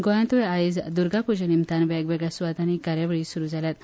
गोंयांतूय आयज द्र्गाप्रजे निमतान वेगवेगळ्या सुवातांनी कार्यावळी सुरू जाल्यात